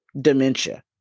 dementia